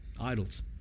Idols